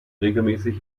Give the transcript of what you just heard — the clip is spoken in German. regelmäßig